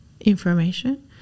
information